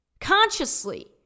consciously